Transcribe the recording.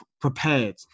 prepared